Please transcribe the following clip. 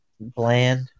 bland